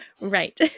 Right